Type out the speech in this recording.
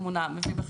יש סעיף תקציבי.